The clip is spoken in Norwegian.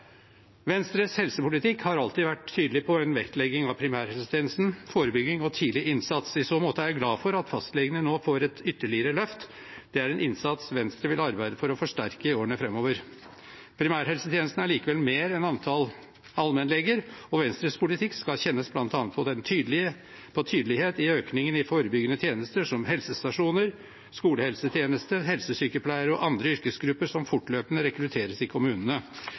Venstres helsepolitikk har alltid vært tydelig på en vektlegging av primærhelsetjenesten, forebygging og tidlig innsats. I så måte er jeg glad for at fastlegene nå får et ytterligere løft – det er en innsats Venstre vil arbeide for å forsterke i årene framover. Primærhelsetjenesten er likevel mer enn antall allmennleger, og Venstres politikk skal kjennes på bl.a. tydelighet i økningen i forebyggende tjenester som helsestasjoner, skolehelsetjeneste, helsesykepleiere og andre yrkesgrupper som fortløpende rekrutteres i kommunene.